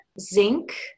Zinc